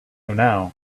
now